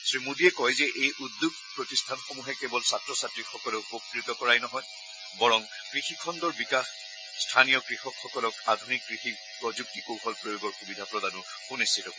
শ্ৰী মোডীয়ে কয় যে এই উদ্যোগ প্ৰতিষ্ঠানসমূহে কেৱল ছাত্ৰ ছাত্ৰীসকলক উপকৃত কৰাই নহয় বৰং কৃষিখণ্ডৰ বিকাশ স্থানীয় কৃষকসকলক আধুনিক কৃষি প্ৰযুক্তি কৌশল প্ৰয়োগৰ সুবিধা প্ৰদানো সুনিশ্চিত কৰিব